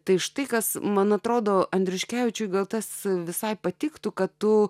tai štai kas man atrodo andriuškevičiui gal tas visai patiktų kad tu